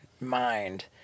mind